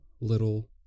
little